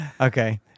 Okay